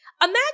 Imagine